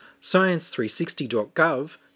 science360.gov